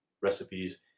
recipes